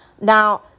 now